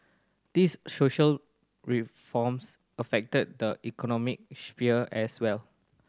these social reforms affected the economic sphere as well